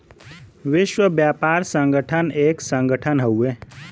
विश्व व्यापार संगठन एक संगठन हउवे